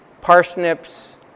parsnips